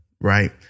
right